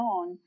on